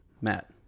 Matt